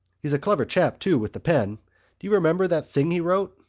he's a clever chap, too, with the pen. do you remember that thing he wrote?